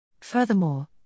Furthermore